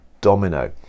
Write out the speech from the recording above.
domino